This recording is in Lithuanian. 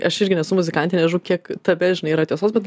aš irgi nesu muzikantė nežinau kiek tame žinai yra tiesos bet